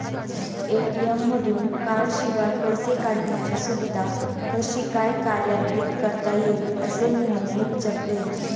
ATM मधून कार्डशिवाय पैसे काढण्याची सुविधा कशी काय कार्यान्वित करता येईल, असे मोहनने विचारले